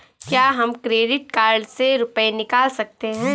क्या हम credit card से रुपये निकाल सकते हैं?